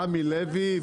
רמי לוי,